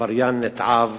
עבריין נתעב